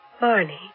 Barney